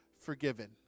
forgiven